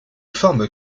forme